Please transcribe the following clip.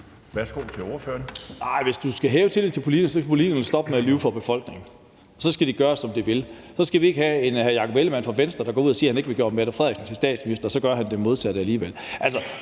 hvis man skal hæve tilliden til politikerne, skal politikerne stoppe med at lyve for befolkningen, og så skal de gøre, som de vil. Så skal vi ikke have en hr. Jakob Ellemann-Jensen fra Venstre, der går ud og siger, at han ikke vil gøre Mette Frederiksen til statsminister, og så gør han det alligevel.